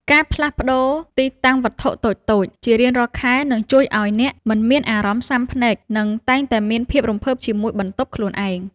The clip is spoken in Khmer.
ការផ្លាស់ប្តូរទីតាំងវត្ថុតូចៗជារៀងរាល់ខែ នឹងជួយឱ្យអ្នកមិនមានអារម្មណ៍ស៊ាំភ្នែក និងតែងតែមានភាពរំភើបជាមួយបន្ទប់ខ្លួនឯង។